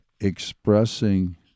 expressing